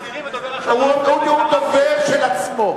הוא דובר האסירים ודובר ה"חמאס" הוא דובר של עצמו,